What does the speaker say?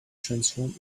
transform